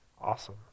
Awesome